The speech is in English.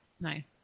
nice